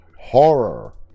horror